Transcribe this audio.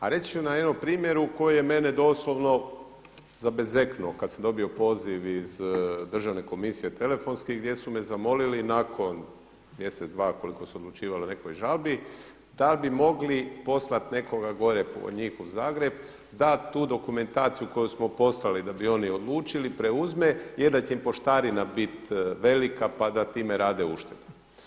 A reći ću na jednom primjeru koji je mene doslovno zabezeknuo kad sam dobio poziv iz Državne komisije telefonski gdje su me zamolili nakon mjesec, dva koliko su odlučivali o nekoj žalbi da bi mogli poslat nekoga gore po njih u Zagreb da tu dokumentaciju koju smo poslali da bi oni odlučili preuzme je da će im poštarina bit velika pa da time rade uštedu.